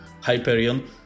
Hyperion